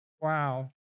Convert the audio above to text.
wow